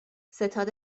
ستاد